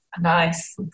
Nice